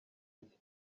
iki